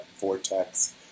Vortex